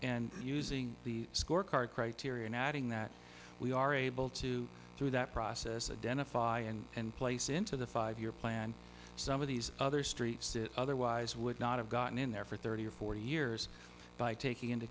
and using the scorecard criterion adding that we are able to through that process identify and place into the five year plan some of these other streets that otherwise would not have gotten in there for thirty or forty years by taking into